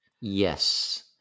yes